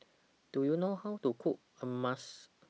Do YOU know How to Cook Hummus